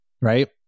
right